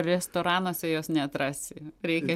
restoranuose jos neatrasi reikia